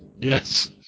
Yes